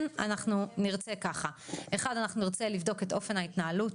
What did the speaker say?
כן אנחנו נרצה ככה: אנחנו נרצה לבדוק את אופן ההתנהלות,